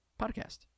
podcast